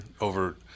over